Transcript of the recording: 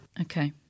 okay